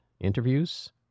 interviews